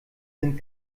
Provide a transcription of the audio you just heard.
sind